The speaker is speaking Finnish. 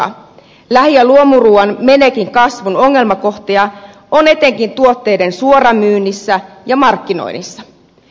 lähi ja luomuruuan menekin kasvun ongelmakohtia on etenkin tuotteiden suoramyynnissä ja markkinoinnissa